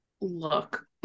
look